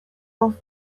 off